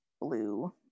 blue